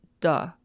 duh